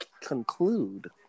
conclude